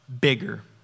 bigger